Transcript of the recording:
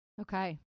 Okay